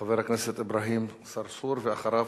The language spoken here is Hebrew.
חבר הכנסת אברהים צרצור, ואחריו,